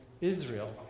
Israel